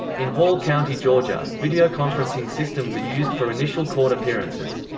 in hall county, georgia, videoconferencing systems are used for initial court appearances.